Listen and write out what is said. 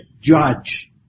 judge